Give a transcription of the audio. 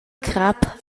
crap